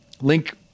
Link